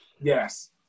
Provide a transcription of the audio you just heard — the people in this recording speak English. Yes